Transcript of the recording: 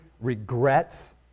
regrets